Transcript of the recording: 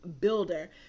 builder